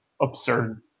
absurd